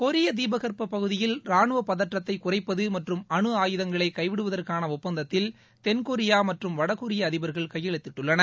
கொரிய தீபகற்ப பகுதியில் ராணுவ பதற்றத்தை குறைப்பது மற்றும் அணுஆயுதங்களை கைவிடுவதற்கான ஒப்பந்தத்தில் தென்கொரியா மற்றும் வடகொரிய அதிபர்கள் கையெழுத்திட்டுள்ளனர்